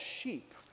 sheep